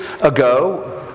ago